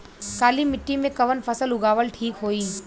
काली मिट्टी में कवन फसल उगावल ठीक होई?